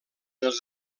els